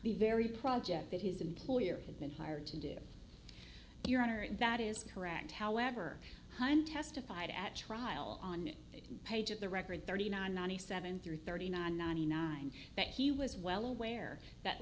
the very project that his employer had been hired to do your honor and that is correct however hunt testified at trial on the page of the record thirty nine ninety seven through thirty nine ninety nine that he was well aware that